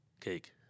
Cake